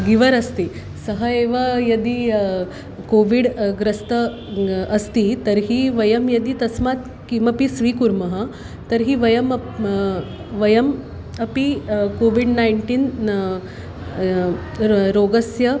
giver अस्ति सः एव यदि कोविड् ग्रस्तः अस्ति तर्हि वयं यदि तस्मात् किमपि स्वीकुर्मः तर्हि वयम् वयम् अपि कोविड् नैन्टीन् रोगस्य